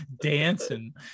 dancing